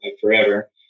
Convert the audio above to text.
forever